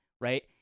right